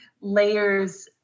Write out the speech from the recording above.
layers